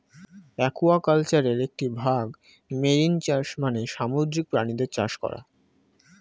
অ্যাকুয়াকালচারের একটি ভাগ মেরিন চাষ মানে সামুদ্রিক প্রাণীদের চাষ করা